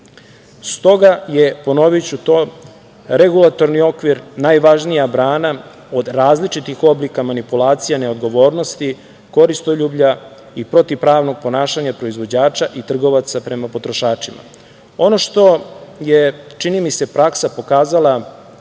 je, ponoviću to, regulatorni okvir najvažnija brana od različitih oblika manipulacija, neodgovornosti, koristoljublja i protivpravnog ponašanja proizvođača i trgovaca prema potrošačima. Ono što je, čini mi se, praksa pokazala,